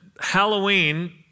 Halloween